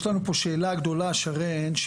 יש לנו פה שאלה גדולה שרן,